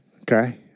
Okay